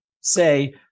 say